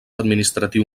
administratiu